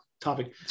topic